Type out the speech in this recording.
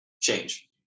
change